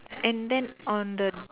and then on the